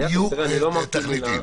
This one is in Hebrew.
יעקב, אני לא אמרתי מילה.